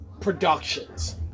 productions